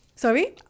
Sorry